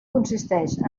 consisteix